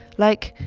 like,